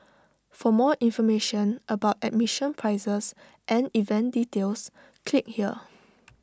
for more information about admission prices and event details click here